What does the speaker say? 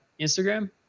Instagram